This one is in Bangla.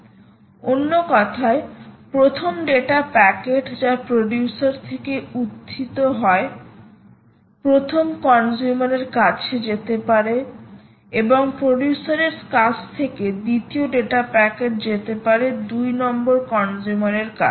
অন্য কথায় প্রথম ডেটা প্যাকেট যা প্রডিউসার থেকে উত্থিত হয় প্রথম কনজিউমার এর কাছে যেতে পারে এবং প্রডিউসার এর কাছ থেকে দ্বিতীয় ডেটা প্যাকেট যেতে পারে দুই নম্বর কনজিউমার এর কাছে